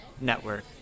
network